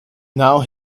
now